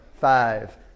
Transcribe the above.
five